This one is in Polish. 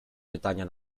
pytania